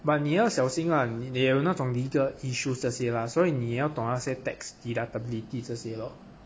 but 你要小心啊你得有那种 legal issues as lah 所以你要懂那些 tax deductibility 这些 lor